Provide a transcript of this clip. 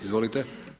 Izvolite.